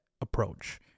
approach